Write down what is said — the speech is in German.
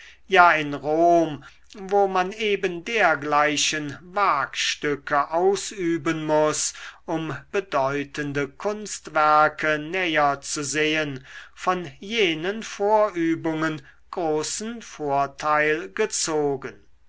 ja in rom wo man eben dergleichen wagstücke ausüben muß um bedeutende kunstwerke näher zu sehen von jenen vorübungen großen vorteil gezogen